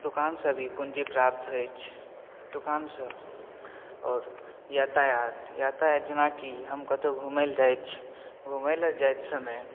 दोकानसे भी पूँजी प्राप्त होइत अछि दोकानसँ आओर यातायात यातायात जेनाकि हम कतहु घुमय लेल जाइत छी घुमय लेल जाइत समय